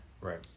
Right